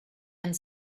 and